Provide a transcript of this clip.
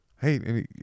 Hey